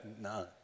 No